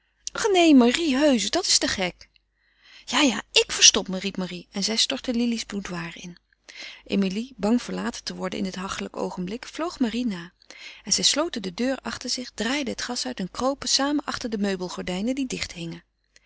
neen marie heusch dat is te gek ja ja ik verstop me riep marie en zij stortte lili's boudoir in emilie bang verlaten te worden in dit hachelijk oogenblik vloog marie na en zij sloten de deur achter zich draaiden het gas uit en kropen samen achter de meubelgordijnen die